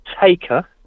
taker